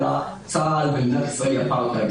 אלא צה"ל ומדינת ישראל מדינת אפרטהייד.